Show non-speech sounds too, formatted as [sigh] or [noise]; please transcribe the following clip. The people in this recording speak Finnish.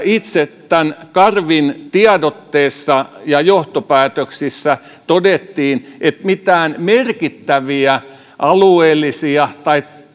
[unintelligible] itse tämän karvin tiedotteessa ja johtopäätöksissä todettiin että mitään merkittäviä alueellisia tai [unintelligible]